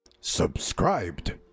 Subscribed